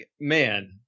Man